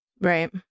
Right